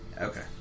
Okay